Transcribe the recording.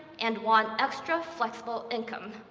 and want extra flexible income.